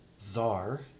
Czar